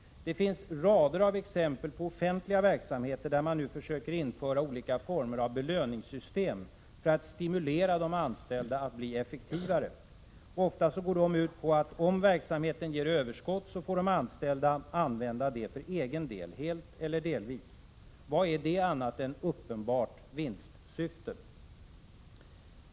Det finns rader av exempel på offentliga verksamheter där man nu försöker införa olika former av belöningssystem för att stimulera de anställda att bli effektivare. Ofta går de ut på att om verksamheten ger överskott får de anställda använda det för egen del, helt eller delvis. Vad är det annat än ”uppenbart vinstsyfte”?